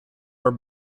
were